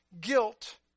guilt